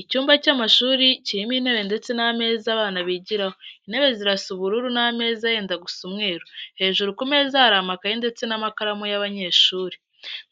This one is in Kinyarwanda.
Icyumba cy'amashuri, kirimo intebe ndetse n'ameza abana bigiraho, intebe zirasa ubururu, n'ameza yenda gusa umweru, hejuru ku meza hari amakayi ndetse n'amakaramu y'abanyeshuri.